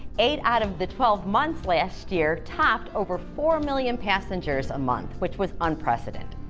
eight out of the twelve months last year topped over four million passengers a month, which was unprecedented.